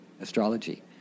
astrology